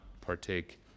partake